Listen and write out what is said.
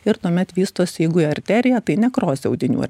ir tuomet vystosi jeigu į arteriją tai nekrozė audinių ar